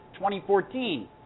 2014